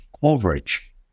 coverage